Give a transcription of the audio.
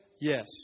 Yes